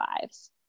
lives